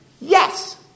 Yes